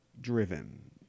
driven